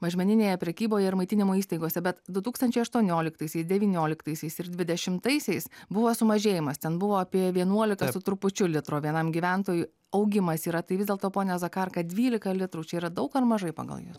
mažmeninėje prekyboje ir maitinimo įstaigose bet du tūkstančiai aštuonioliktaisiais devynioliktaisiais ir dvidešimtaisiais buvo sumažėjimas ten buvo apie apie vienuolika su trupučiu litro vienam gyventojui augimas yra tai vis dėlto pone zakarka dvylika litrų čia yra daug ar mažai pagal jus